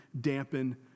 dampen